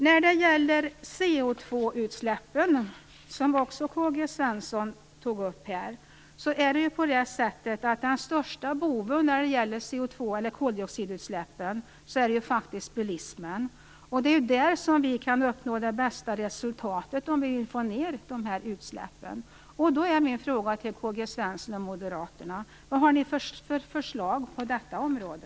När det gäller CO2-utsläppen, som Karl-Gösta Svenson också tog upp, är den största boven faktiskt bilismen. Om vi får ned dessa utsläpp uppnår vi det bästa resultatet. Då är min fråga till Karl-Gösta Svenson och Moderaterna: Vad har ni för förslag på detta område?